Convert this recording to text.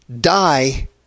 die